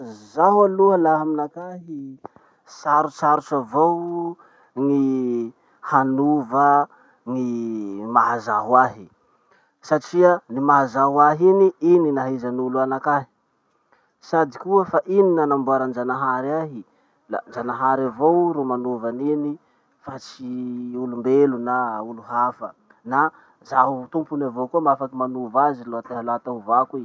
Zaho aloha laha aminakahy, sarosarotsy avao ny hanova gny maha zaho ahy satria gny maha zaho ahy iny, iny ny ahaizan'olo anakahy. Sady koa fa iny nanamboaran-janahary ahy, la njanahary avao ro manova an'iny fa tsy olombelo na olo hafa. Na zaho tompony avao koa koa mafaky manova azy lote- laha te hovako i.